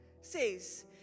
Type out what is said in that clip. says